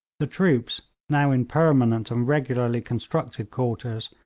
the troops, now in permanent and regularly constructed quarters,